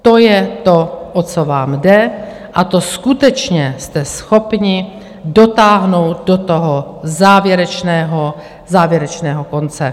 To je to, o co vám jde, a to skutečně jste schopni dotáhnout do toho závěrečného, závěrečného konce.